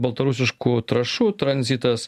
baltarusiškų trąšų tranzitas